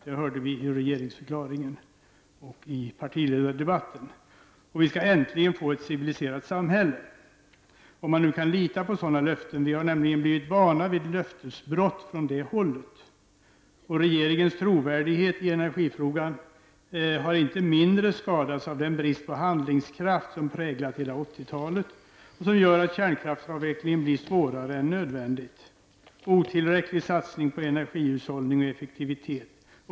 Det hörde vi i regeringsförklaringen och i partiledardebatten. Vi skall äntligen få ett civiliserat samhälle -- om man nu kan lita på sådan löften. Vi har blivit vana vid löftesbrott från det hållet. Men regeringens trovärdighet i energifrågan har inte mindre skadats av den brist på handlingskraft som präglat hela 80-talet och som gör kärnkraftsavvecklingen svårare än nödvändigt. Otillräcklig satsning på energihushållning och effektivitet.